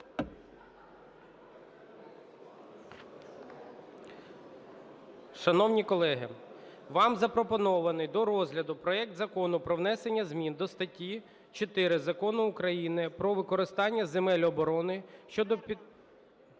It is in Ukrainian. Шановні колеги, вам запропонований до розгляду проект Закону про внесення змін до статті 4 Закону України "Про використання земель оборони" щодо… Вибачте.